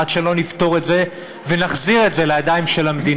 ועד שלא נפתור את זה ונחזיר את זה לידיים של המדינה,